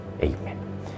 Amen